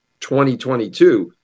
2022